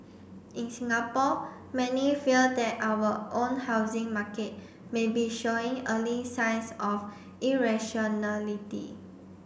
in Singapore many fear that our own housing market may be showing early signs of irrationality